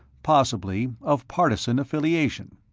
possibly of partisan affiliation.